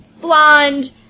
blonde